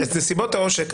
את נסיבות העושק,